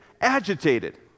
agitated